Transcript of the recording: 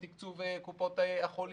תקצוב קופות החולים,